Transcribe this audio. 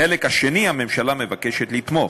בחלק השני, הממשלה מבקשת לתמוך.